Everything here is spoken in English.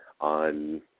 on